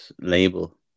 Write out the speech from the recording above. label